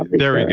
there